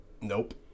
Nope